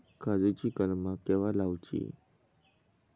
काजुची कलमा केव्हा लावची?